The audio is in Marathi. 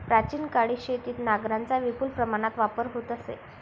प्राचीन काळी शेतीत नांगरांचा विपुल प्रमाणात वापर होत असे